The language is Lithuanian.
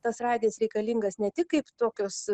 tas radijas reikalingas ne tik kaip tokios